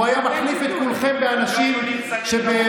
הוא היה מחליף את כולכם באנשים שהם